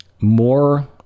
more